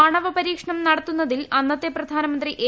ആണവപരീക്ഷണം നടത്തുന്നതിൽ അന്നത്തെ പ്രധാനമന്ത്രി എ